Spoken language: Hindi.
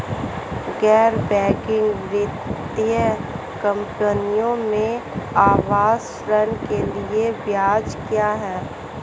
गैर बैंकिंग वित्तीय कंपनियों में आवास ऋण के लिए ब्याज क्या है?